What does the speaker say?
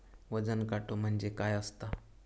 वजन काटो म्हणजे काय असता?